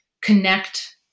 connect